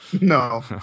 no